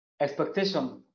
expectation